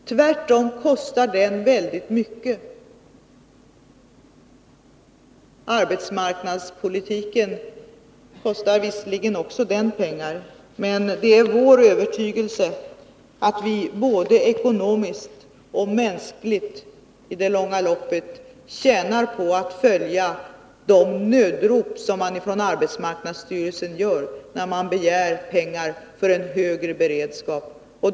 Tvärtom kostar den väldigt mycket. Arbetsmarknadspolitiken kostar visserligen också den pengar, men det är vår övertygelse att vi både ekonomiskt och mänskligt i det långa loppet tjänar på att lyssna till nödropen från arbetsmarknadsstyrelsen när man begär pengar för en högre beredskap.